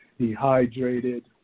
dehydrated